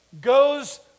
goes